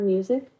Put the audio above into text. Music